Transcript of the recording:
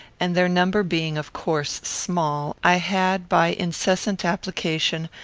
and, their number being, of course, small, i had, by incessant application,